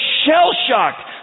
shell-shocked